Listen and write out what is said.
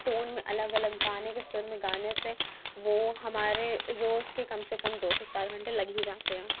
tone میں الگ الگ گانے کے سُر میں گانے سے وہ ہمارے روز کے کم سے کم دو سے چار گھنٹے لگ ہی جاتے ہیں